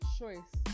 choice